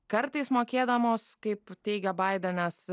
kartais mokėdamos kaip teigia baidenas